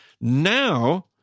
Now